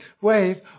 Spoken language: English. Wave